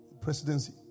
presidency